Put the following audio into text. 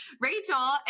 Rachel